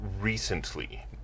recently